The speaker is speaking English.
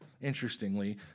interestingly